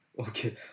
Okay